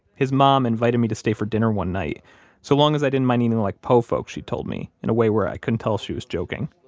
his mom invited me to stay for dinner one night so long as i didn't mind eating like po' folks, she told me, in a way where i couldn't tell if she was joking.